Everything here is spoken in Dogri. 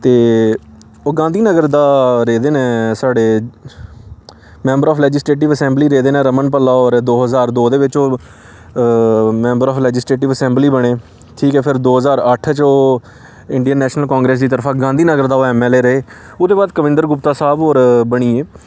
ते ओह् गांधीनगर दा रेह्दे न साढ़े मैम्बर ऑफ लैजिस्ट्रेटिव असैंबली रेह्दे न रमन भल्ला होर दो ज्हार दो दे बिच्च ओह् मैबर ऑफ लैजिस्ट्रेटिव असैंबली बने ठीक ऐ फिर दो ज्हार अट्ठ च ओह् इंडियन नेशनल कांग्रेस दी तरफा गांधी नगर दा ओह् एम एल ए रेह् ओह्दे बाद कविंद्र गुप्ता साह्ब होर बनी गे